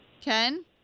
Ken